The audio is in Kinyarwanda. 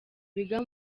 biga